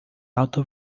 alta